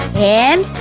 and,